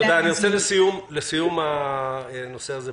לסיכום הנושא הזה,